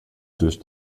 durch